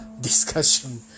discussion